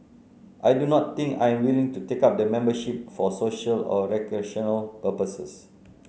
I do not think I am willing to take up the membership for social or recreational purposes